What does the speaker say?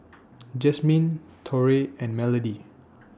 Jasmine Torey and Melodee